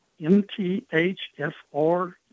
MTHFR